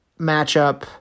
matchup